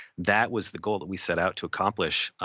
that was the goal that we set out to accomplish.